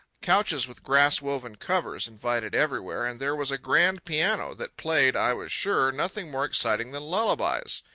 couches with grass-woven covers invited everywhere, and there was a grand piano, that played, i was sure, nothing more exciting than lullabies.